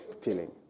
feeling